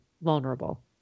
vulnerable